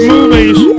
Movies